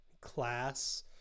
class